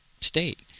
state